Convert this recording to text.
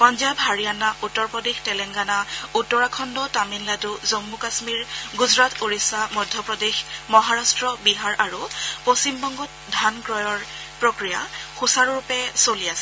পঞ্জাৰ হাৰিয়াণা উত্তৰপ্ৰদেশ তেলেংগণা উত্তৰাখণ্ড তামিলনাডু জম্ম কাশ্মীৰ গুজৰাট ওড়িশা মধ্যপ্ৰদেশ মহাৰাট্ট বিহাৰ আৰু পশ্চিমবংগত ধান ক্ৰয়ৰ প্ৰক্ৰিয়া সুচাৰুৰূপে চলি আছে